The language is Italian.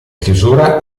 chiusura